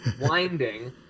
winding